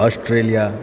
Australia